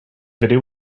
video